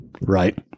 right